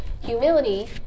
humility